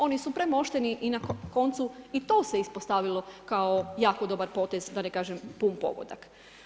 Oni su premošteni i na koncu i to se ispostavilo kao jako dobra potez da ne kažem pun pogodak.